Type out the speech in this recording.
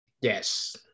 Yes